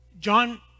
John